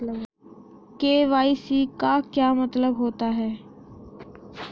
KYC का क्या मतलब होता है?